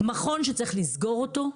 זה מכון שצריך לסגור אותו.